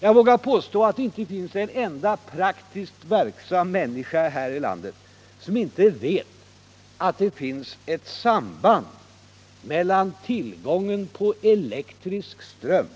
Jag vågar påstå att det inte finns en enda praktiskt verksam människa här i landet som inte vet att det finns ett samband mellan tillgången på elektrisk ström